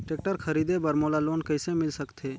Tractor खरीदे बर मोला लोन कइसे मिल सकथे?